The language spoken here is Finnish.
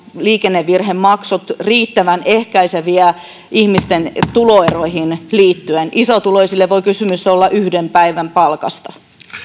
liikennevirhemaksut riittävän ehkäiseviä ihmisten tuloeroihin liittyen isotuloisille voi kysymys olla yhden päivän palkasta